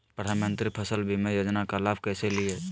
प्रधानमंत्री फसल बीमा योजना का लाभ कैसे लिये?